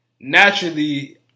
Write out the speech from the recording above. naturally